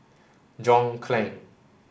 John Clang